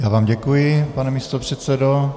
Já vám děkuji, pane místopředsedo.